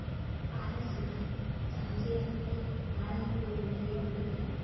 ᱟᱨᱚᱥ ᱱᱟᱛᱷ ᱡᱟᱦᱟᱸᱭ ᱡᱮ ᱟᱵᱚ ᱢᱟᱨᱟᱝ ᱵᱩᱨᱩ ᱢᱮᱱᱛᱮ ᱵᱚᱱ ᱵᱟᱲᱟᱭᱟ